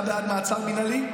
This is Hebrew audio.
אתה בעד מעצר מינהלי?